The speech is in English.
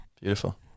beautiful